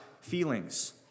feelings